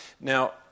now